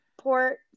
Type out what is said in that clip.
port